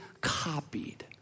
copied